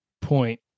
point